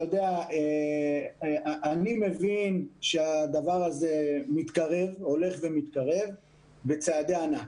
אני מבין שהדבר הזה הולך ומתקרב בצעדי ענק.